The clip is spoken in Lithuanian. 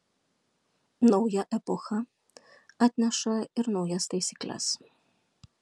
nauja epocha atneša ir naujas taisykles